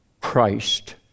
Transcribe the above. Christ